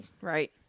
right